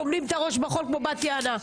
טומנים את הראש בחול כמו בת יענה.